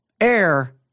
air